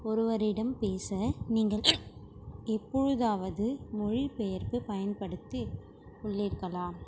ஒருவரிடம் பேச நீங்கள் எப்பொழுதாவது மொழிப்பெயர்ப்பு பயன்படுத்தி உள்ளீர்களா